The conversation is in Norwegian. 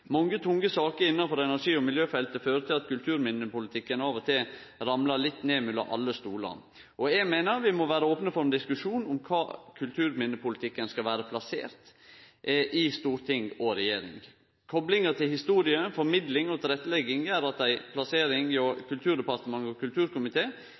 Mange tunge saker innan energi- og miljøfeltet fører til at kulturminnepolitikken av og til ramlar litt ned mellom alle stolar. Eg meiner vi må vere opne for ein diskusjon om kvar kulturminnepolitikken skal vere plassert i storting og regjering. Koblinga til historie, formidling og tilrettelegging gjer at ei plassering